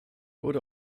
wurde